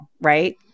right